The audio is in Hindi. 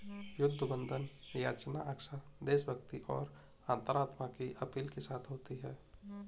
युद्ध बंधन याचना अक्सर देशभक्ति और अंतरात्मा की अपील के साथ होती है